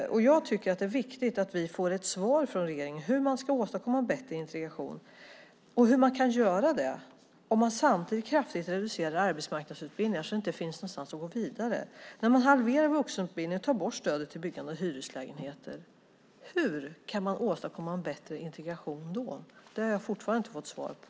Jag tycker att det är viktigt att vi får ett svar från regeringen om hur man ska åstadkomma bättre integration. Hur kan man göra det om man samtidigt kraftigt reducerar arbetsmarknadsutbildningar så att det inte finns någonstans att gå vidare? Man halverar vuxenutbildningen och tar bort stödet till byggande av hyreslägenheter. Hur kan man åstadkomma en bättre integration då? Det har jag fortfarande inte fått svar på.